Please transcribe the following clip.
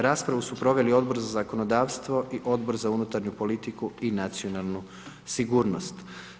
Raspravu su proveli Odbor za zakonodavstvo i Odbor za unutarnju politiku i nacionalnu sigurnost.